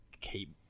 keep